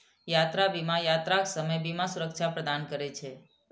यात्रा बीमा यात्राक समय बीमा सुरक्षा प्रदान करै छै